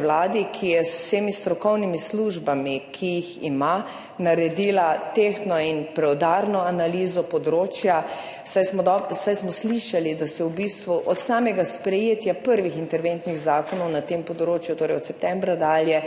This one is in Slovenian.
Vladi, ki je z vsemi strokovnimi službami, ki jih ima, naredila tehtno in preudarno analizo področja. Saj smo slišali, da se v bistvu od samega sprejetja prvih interventnih zakonov na tem področju, torej od septembra dalje,